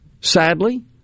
sadly